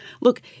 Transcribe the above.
Look